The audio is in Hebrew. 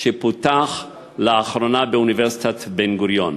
שפותח לאחרונה באוניברסיטת בן-גוריון.